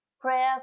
prayer